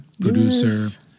producer